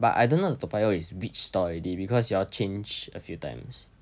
but I don't know the toa payoh is which store already because you all changed a few times